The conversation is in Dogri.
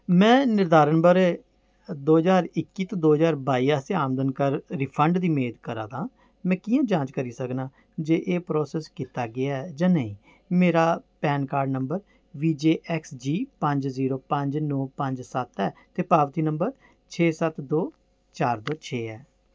में निर्धारण ब'रे दो ज्हार इक्की ते दो ज्हार बाई आस्तै आमदन कर रिफंड दी मेद करा दा आं में कि'यां जांच करी सकनां जे एह् प्रोसेस कीता गेआ ऐ जां नेईं मेरा PAN card number V J X G पंज जीरो पंज नौ पंज सत्त ऐ ते पावती नंबर छे सत्त दो चार दो छे ऐ